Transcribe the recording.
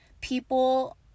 people